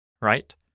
Right